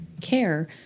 care